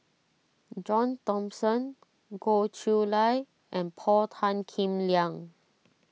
John Thomson Goh Chiew Lye and Paul Tan Kim Liang